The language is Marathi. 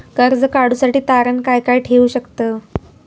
कर्ज काढूसाठी तारण काय काय ठेवू शकतव?